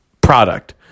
product